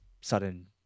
sudden